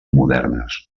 modernes